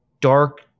dark